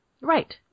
Right